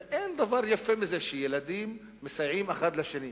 ואין דבר יפה מזה שילדים מסייעים אחד לשני.